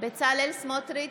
בצלאל סמוטריץ'